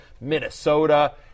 Minnesota